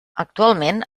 actualment